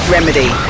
Remedy